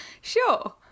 Sure